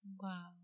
Wow